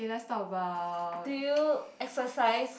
do you exercise